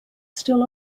still